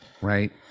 right